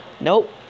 Nope